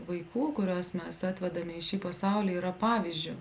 vaikų kuriuos mes atvedame į šį pasaulį yra pavyzdžiu